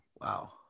Wow